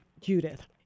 Judith